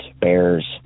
bears